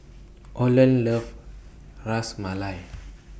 Orland loves Ras Malai